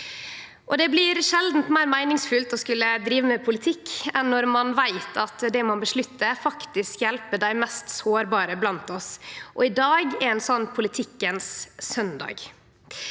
Det blir sjeldan meir meiningsfullt å skulle drive med politikk enn når ein veit at det ein vedtek, faktisk hjelper dei mest sårbare blant oss. I dag er ein slik politikkens sundag.